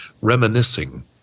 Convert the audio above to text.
reminiscing